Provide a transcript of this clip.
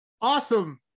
awesome